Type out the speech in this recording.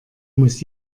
muss